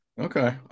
Okay